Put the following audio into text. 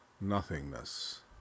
nothingness